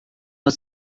ist